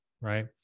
right